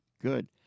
good